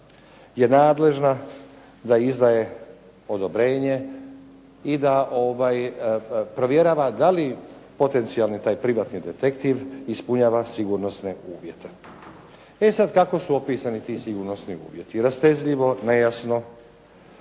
je nadležna da izdaje odobrenje i da provjerava da li potencijalni taj privatni detektiv ispunjava sigurnosne uvjete. E sad kako su opisani ti sigurnosni uvjeti? Rastezljivo, nejasno,